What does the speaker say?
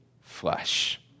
flesh